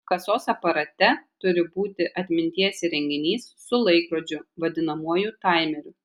kasos aparate turi būti atminties įrenginys su laikrodžiu vadinamuoju taimeriu